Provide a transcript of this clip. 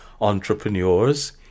entrepreneurs